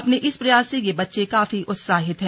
अपने इस प्रयास से ये बच्चे काफी उत्साहित हैं